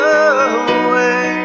away